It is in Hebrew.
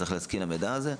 זה צריך להסכים למידע הזה,